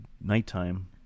nighttime